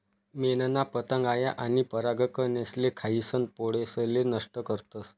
मेनना पतंग आया आनी परागकनेसले खायीसन पोळेसले नष्ट करतस